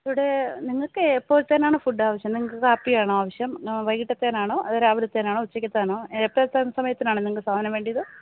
ഇവിടെ നിങ്ങള്ക്ക് എപ്പോഴത്തേനാണ് ഫുഡ് ആവശ്യം നിങ്ങള്ക്കു കാപ്പിയാണോ ആവശ്യം വൈകിട്ടത്തേനാണോ അതോ രാവിലെത്തേനാണോ ഉച്ചയ്ക്കത്തേനാണോ എപ്പോഴത്തെ സമയത്തിനാണ് നിങ്ങള്ക്കു സാധനം വേണ്ടിയത്